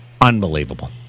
unbelievable